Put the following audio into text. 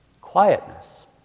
Quietness